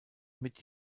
mit